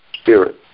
spirit